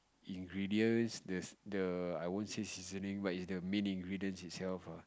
ingredients the the I won't say seasoning but it's the main ingredients itself ah